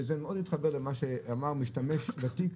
וזה מאוד התחבר למה שאמר משתמש ותיק